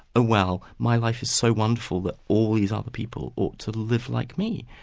ah well my life is so wonderful that all these other people ought to live like me,